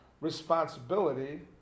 responsibility